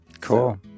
Cool